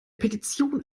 petition